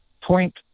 point